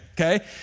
okay